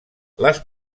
les